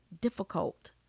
difficult